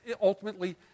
ultimately